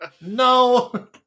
No